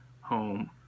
home